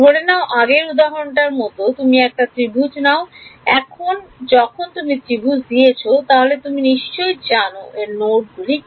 ধরে নাও আগের উদাহরণটার মত তুমি একটা ত্রিভুজ দাও এখন যখন তুমি ত্রিভুজ দিয়েছো তাহলে তুমি নিশ্চয়ই জানবে এর নোড গুলি কি